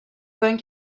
punk